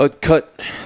cut